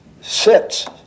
sits